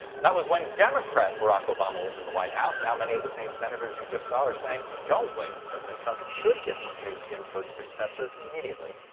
that was when democrat barack obama was in the white house now many of the same senators you just saw are saying dont wait. president trump should get to choose ginsburgs successor immediately,